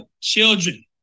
children